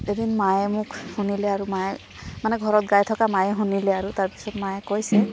এদিন মায়ে মোক শুনিলে আৰু মায়ে মানে ঘৰত গাই থকা মায়ে শুনিলে আৰু তাৰপিছত মায়ে কৈছে